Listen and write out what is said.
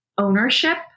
ownership